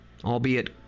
Albeit